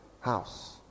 house